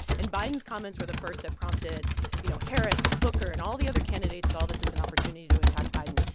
and biden's comments were the first that prompted you know, harris and booker and all the other candidates saw this as an opportunity to attack biden.